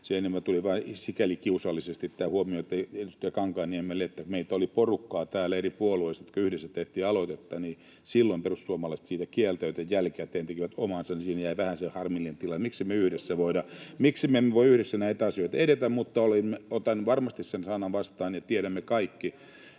tehneet. Tuli vain sikäli kiusallisesti tämä huomio edustaja Kankaanniemelle, että meitä oli porukkaa täällä eri puolueista, jotka yhdessä tehtiin aloitetta, ja silloin perussuomalaiset siitä kieltäytyivät ja jälkikäteen tekivät omansa. Siinä jäi sellainen vähän harmillinen tilanne, että miksi emme voi yhdessä näissä asioissa edetä. [Toimi Kankaanniemi: Meillä